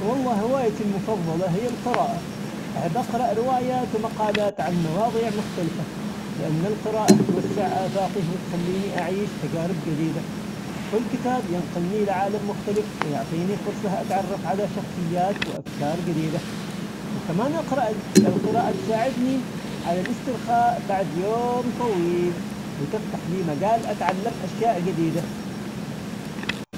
والله هواياتي المفظلة هي القراءة ، بقرأ روايات ومقالات عن مواضيع مختلفة، لأن القراءة توسع آفاقي وتخليني أعيش تجارب جديدة، كل كتاب ينقلني لعالم مختلف ويعطيني فرصة أتعرف على شخصيات وأفكار جديدة، وكمان الق- القراءة تساعدني على الإسترخاء بعد يوم طويل، وتفتح لي مجال أتعلم أشياء جديدة.